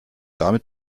damit